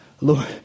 Lord